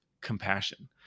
compassion